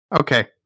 Okay